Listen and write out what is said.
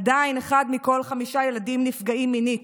עדיין אחד מכל חמישה ילדים נפגעים מינית.